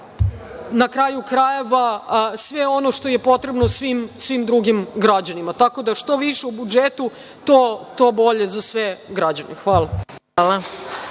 na kraju krajeva, sve ono što je potrebno svim drugim građanima. Dakle, što više u budžetu to bolje svim građanima.